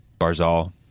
Barzal